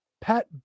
Pat